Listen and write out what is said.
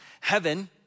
Heaven